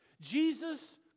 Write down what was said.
jesus